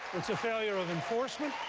it's a failure of enforcement.